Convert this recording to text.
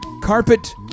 Carpet